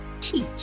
teach